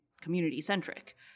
community-centric